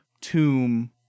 tomb